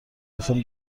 گرفتم